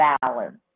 balance